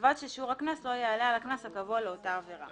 ובלבד ששיעור הקנס לא יעלה על קנס הקבוע לאותה עבירה".